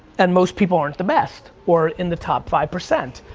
and most people aren't the best or in the top five percent.